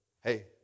hey